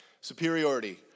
superiority